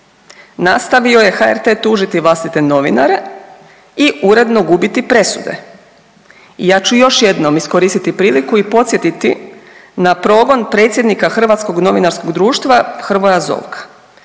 nastavio je HRT tužiti vlastite novinare i uredno gubiti presude. I ja ću još jednom iskoristiti priliku i podsjetiti na progon predsjednika HND-a Hrvoja Zovka,